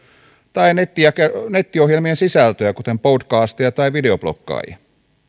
tai nettiohjelmien sisältöä kuten podcasteja tai videobloggaajia